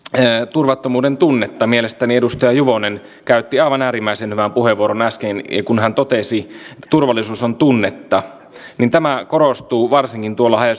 turvattomuuden tunnetta mielestäni edustaja juvonen käytti aivan äärimmäisen hyvän puheenvuoron äsken kun hän totesi että turvallisuus on tunnetta tämä korostuu varsinkin tuolla haja